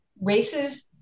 races